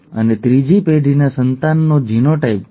અને ત્રીજી પેઢીના સંતાનનો જીનોટાઈપ છે